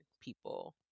people